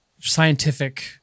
scientific